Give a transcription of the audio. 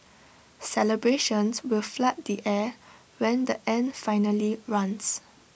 celebrations will flood the air when the end finally runs